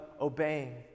obeying